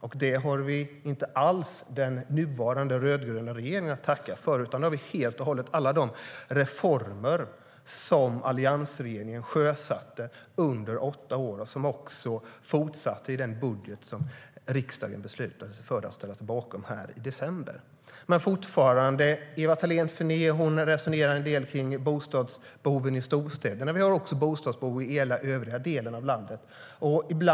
För det har vi inte alls den nuvarande rödgröna regeringen att tacka, utan för det kan vi tacka alla de reformer som alliansregeringen sjösatte under åtta år och som också fortsatte i den budget som riksdagen beslutade sig för att ställa sig bakom i december. Ewa Thalén Finné resonerar en del kring bostadsboomen i storstäderna, men det finns också en bostadsboom i hela övriga delen av landet.